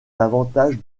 davantage